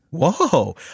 Whoa